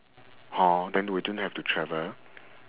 hor then we don't have to travel